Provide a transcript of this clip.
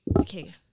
okay